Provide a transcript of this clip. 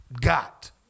got